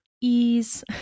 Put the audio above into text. ease